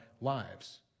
lives